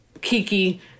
Kiki